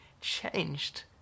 changed